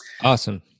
awesome